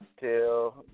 till